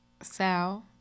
Sal